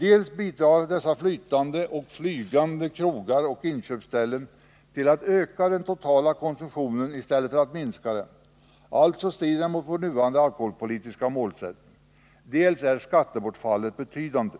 Dels bidrar förekomsten av dessa ”flytande” och ”flygande” krogar och inköpsställen till en ökning av den totala alkoholkonsumtionen i stället för till en minskning, vilket alltså strider mot vår nuvarande alkoholpolitiska målsättning. Dels är skattebortfallet betydande.